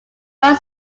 while